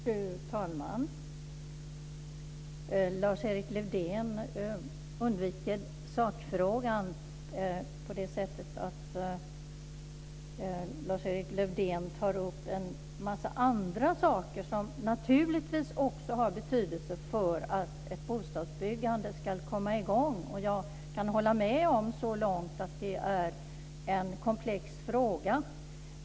Fru talman! Lars-Erik Lövdén undviker sakfrågan. Han tar upp en massa andra saker som naturligtvis också har betydelse för att ett bostadsbyggande ska komma i gång, och jag kan hålla med så långt som att det är en komplex fråga.